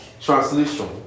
translation